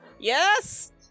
Yes